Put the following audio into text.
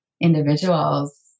individuals